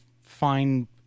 find